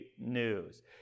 news